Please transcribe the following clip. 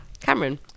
Cameron